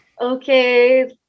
okay